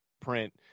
print